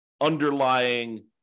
underlying